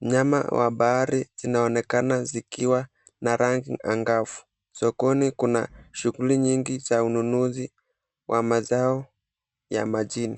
Nyama wa bahari zinaonekana zikiwa na rangi angavu. Sokoni kuna shughuli nyingi za ununuzi wa mazao ya majini.